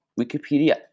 Wikipedia